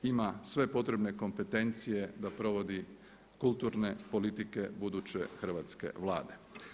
Ima sve potrebne kompetencije da provodi kulturne politike buduće hrvatske Vlade.